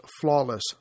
flawless